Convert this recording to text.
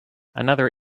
another